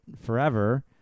forever